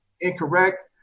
incorrect